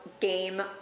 game